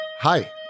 Hi